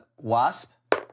wasp